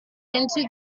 into